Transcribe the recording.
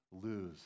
lose